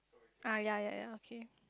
ah ya ya ya okay